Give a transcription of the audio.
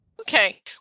Okay